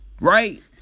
right